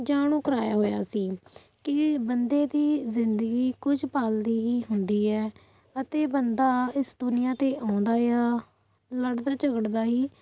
ਜਾਣੂ ਕਰਾਇਆ ਹੋਇਆ ਸੀ ਕਿ ਬੰਦੇ ਦੀ ਜ਼ਿੰਦਗੀ ਕੁਝ ਪਲ ਦੀ ਹੀ ਹੁੰਦੀ ਹੈ ਅਤੇ ਬੰਦਾ ਇਸ ਦੁਨੀਆਂ 'ਤੇ ਆਉਂਦਾ ਆ ਲੜ੍ਹਦਾ ਝਗੜਦਾ ਹੀ